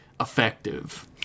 effective